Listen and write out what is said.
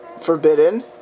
forbidden